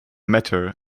matter